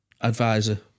advisor